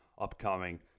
upcoming